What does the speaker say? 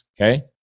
okay